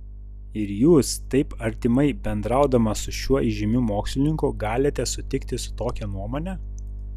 ir jūs taip artimai bendraudama su šiuo įžymiu mokslininku galite sutikti su tokia nuomone